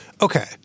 okay